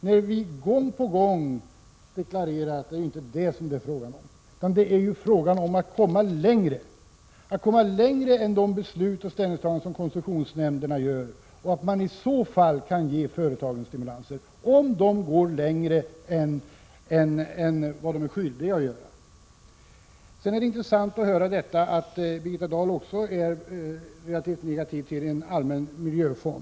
Men vi har gång på gång deklarerat att det inte är fråga om detta, utan det handlar om att komma längre än de beslut och ställningstaganden som koncessionsnämnden står för och kunna ge företagen stimulanser om de går längre än vad de är skyldiga att göra. Det är intressant att också Birgitta Dahl är ganska negativ till en allmän miljöfond.